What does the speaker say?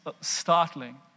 Startling